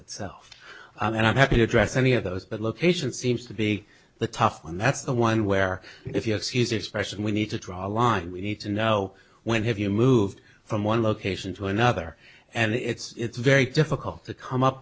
itself and i'm happy to address any of those but location seems to be the tough one that's the one where if you excuse expression we need to draw a line we need to know when have you moved from one location to another and it's very difficult to come up